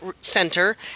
Center